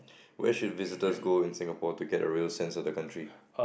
where should visitors go in Singapore to get a real sense of the country